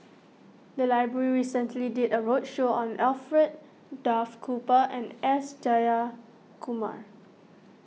the library recently did a roadshow on Alfred Duff Cooper and S Jayakumar